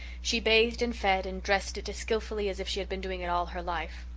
she bathed and fed and dressed it as skilfully as if she had been doing it all her life.